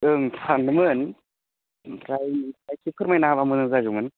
ओं सानदोंमोन ओमफ्राय दा इसे फोरमायनानै होबा मोजां जागौमोन